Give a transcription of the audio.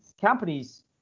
companies